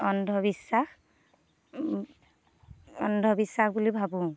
অন্ধবিশ্বাস অন্ধবিশ্বাস বুলি ভাবোঁ